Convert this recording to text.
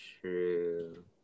true